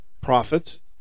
Prophets